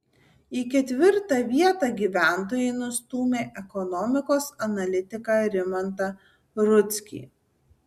į ketvirtą vietą gyventojai nustūmė ekonomikos analitiką rimantą rudzkį